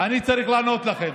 אני צריך לענות לכם